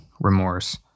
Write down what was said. remorse